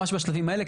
ממש בשלבים האלה,